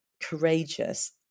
courageous